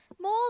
More